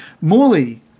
Morley